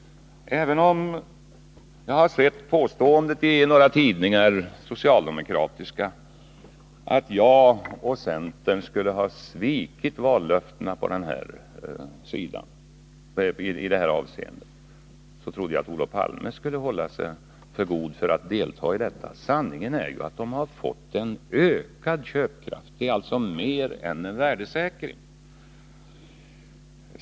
Även om jag i några socialdemokratiska tidningar har sett påståendet att jag och centern skulle ha svikit vallöftena i det här avseendet trodde jag att Olof Palme skulle hålla sig för god för att delta i detta. Sanningen är ju att dessa pensionärer har fått ökad köpkraft, och det är alltså mer än en värdesäkring.